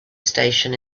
station